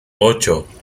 ocho